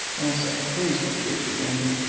i say, please don't do it again.